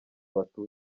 abatutsi